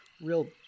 real